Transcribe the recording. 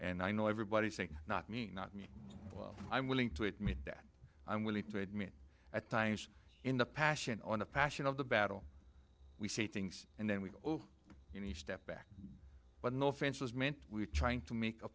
and i know everybody saying not me not me i'm willing to admit that i'm willing to admit at times in the passion on the passion of the battle we say things and then we step back but no offense was meant we're trying to make a